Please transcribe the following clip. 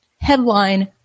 headline